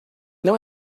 não